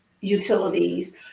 utilities